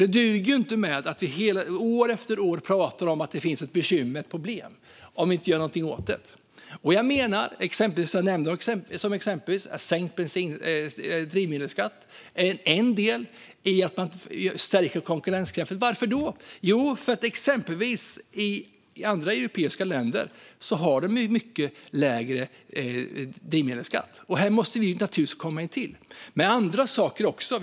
Det duger inte att vi år efter år pratar om att det finns problem om vi inte gör något åt dem. Jag nämnde exempelvis sänkt drivmedelsskatt. Det är en del i att stärka konkurrenskraften. Varför? Jo, för att exempelvis i andra europeiska länder har de mycket lägre drivmedelsskatt. Här måste vi komma närmare. Det finns andra saker också.